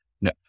No